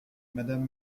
madame